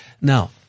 Now